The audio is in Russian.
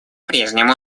прежнему